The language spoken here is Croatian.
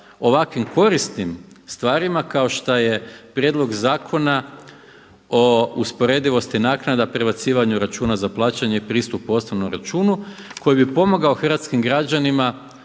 ovakvim korisnim stvarima kao što je Prijedlog zakona o usporedivosti naknada, prebacivanju računa za plaćanje i pristup osnovnom računu koji bi pomogao hrvatskim građanima